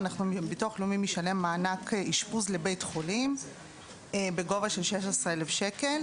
הביטוח הלאומי משלם מענק אשפוז לבית החולים בגובה של 16,000 שקל.